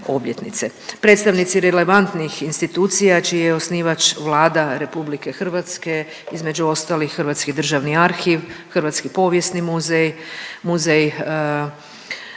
Predstavnici relevantnih institucija čiji je osnivač Vlada Republike Hrvatske između ostalih Hrvatski državni arhiv, Hrvatski povijesni muzej, Muzej hrvatskih